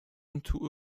into